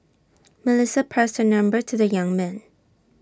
Melissa passed her number to the young man